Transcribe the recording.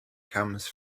comes